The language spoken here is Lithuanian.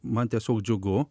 man tiesiog džiugu